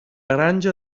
granja